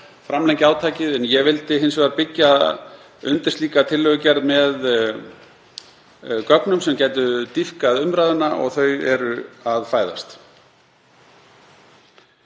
framlengja átakið. En ég vildi hins vegar byggja undir slíka tillögugerð með gögnum sem gætu dýpkað umræðuna og þau eru að fæðast.